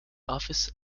office